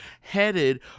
headed